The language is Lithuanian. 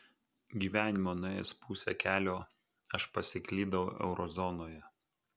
gyvenimo nuėjęs pusę kelio aš pasiklydau eurozonoje